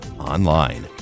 online